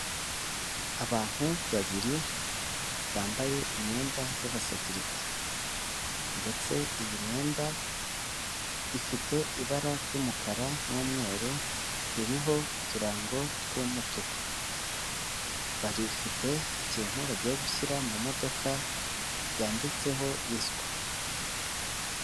Abantu babiri bambaye imyenda y'abasekirite ndetse iyi myenda ifite ibara ry'umukara n'umweru, iriho uturango tw'umutuku. Bafite ikintu bagiye gushyira mu modoka yanditseho isiko.